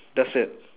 that's it